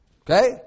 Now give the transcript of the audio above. okay